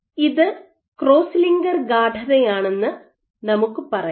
ഇത് cross linker ഗാഡതയാണെന്ന് നമുക്ക് പറയാം